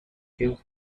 game